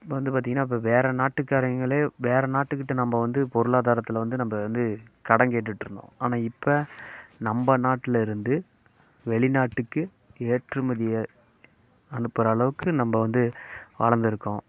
இப்போ வந்து பார்த்தீங்கன்னா இப்போ வேறு நாட்டுக்காரங்களே வேறு நாட்டுக்கிட்டே நம்ம வந்து பொருளாதாரத்தில் வந்து நம்ம வந்து கடன் கேட்டுகிட்ருந்தோம் ஆனால் இப்போ நம்ம நாட்டில் இருந்து வெளிநாட்டுக்கு ஏற்றுமதியை அனுப்புகிற அளவுக்கு நம்ம வந்து வளர்ந்துருக்கோம்